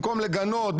במקום לגנות,